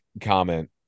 comment